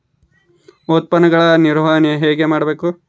ಉತ್ಪನ್ನಗಳ ನಿರ್ವಹಣೆ ಹೇಗೆ ಮಾಡಬೇಕು?